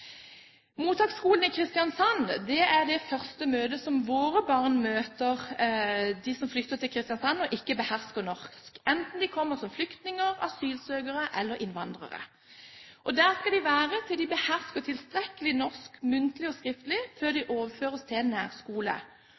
Mottaksskolen i Kristiansand er første møte for barn som flytter til Kristiansand og ikke behersker norsk, enten de kommer som flyktninger, asylsøkere eller innvandrere. Der skal de være til de behersker norsk tilstrekkelig, muntlig og skriftlig, før de overføres til en nærskole.